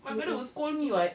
my mother will scold me [what]